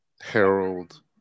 Harold